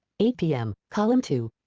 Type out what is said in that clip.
eight pm, column two,